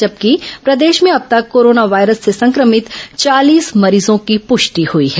जबकि प्रदेश में अब तक कोरोना वायरस से संक्रमित चालीस मरीजों की पुष्टि हुई है